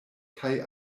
kaj